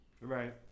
Right